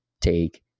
take